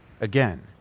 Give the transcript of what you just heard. Again